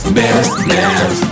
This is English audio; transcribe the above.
business